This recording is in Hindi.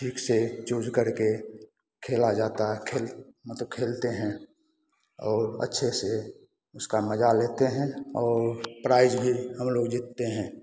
ठीक से चुज करके खेला जाता है खेल मतलब खेलते हैं और अच्छे से उसका मजा लेते हैं और प्राइज़ भी हम लोग जीतते हैं